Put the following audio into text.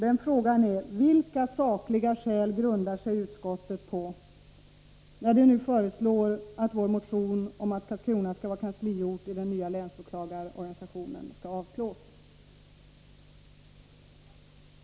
Den frågan lyder: Vilka sakliga skäl grundar utskottet sitt ställningstagande på, när det nu föreslår att vår motion om att Karlskrona skall vara kansliort i den nya länsåklagarorganisationen skall avslås? Herr talman! Jag vill yrka bifall till motion 1982/83:2394.